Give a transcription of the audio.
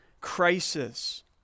crisis